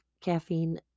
caffeine